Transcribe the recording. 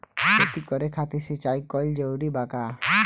खेती करे खातिर सिंचाई कइल जरूरी बा का?